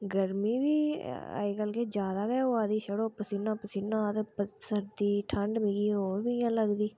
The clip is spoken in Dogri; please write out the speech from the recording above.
गर्मी बी अजकल्ल किश जैदा गै होआ दी छड़ा पसीना पसीना होआ दा ते ठंड हून बी मिगी लगदी